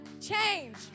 change